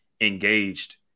engaged